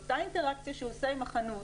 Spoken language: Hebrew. באותה אינטראקציה שהוא עושה עם החנות,